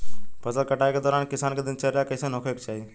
फसल कटाई के दौरान किसान क दिनचर्या कईसन होखे के चाही?